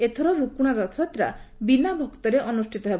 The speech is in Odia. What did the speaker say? ଏଥର ରୁକୁଣା ରଥଯାତ୍ରା ବିନା ଭକ୍ତରେ ଅନୁଷ୍ବିତ ହେବ